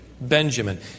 Benjamin